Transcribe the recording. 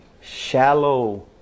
shallow